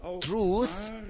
truth